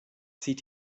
zieht